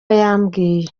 yambwiye